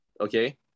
okay